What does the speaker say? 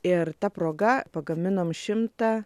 ir ta proga pagaminom šimtą